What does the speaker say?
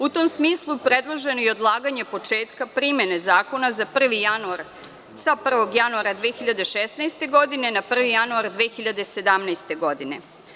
U tom smislu, predloženo je odlaganje početka primene zakona sa 1. januara 2016. godine na 1. januar 2017. godine.